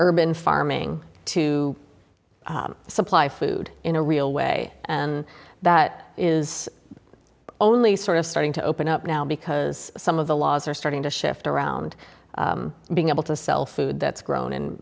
to supply food in a real way and that is only sort of starting to open up now because some of the laws are starting to shift around being able to sell food that's grown